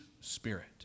spirit